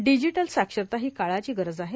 digital साक्षरता ही काळाची गरज आहे